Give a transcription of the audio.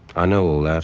i know all that.